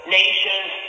nations